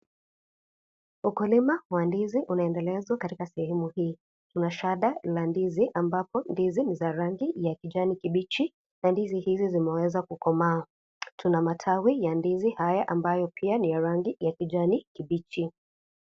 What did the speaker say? Ukulima wa ndizi unaendelezwa katika sehemu hii ,kuna shada la ndizi ambapo ndizi ni za rangi ya kijani kibichi na ndizi hizi zimeweza kukomaa, tuna matawi ya ndizi haya ambayo pia ni ya rangi ya kijani kibichi.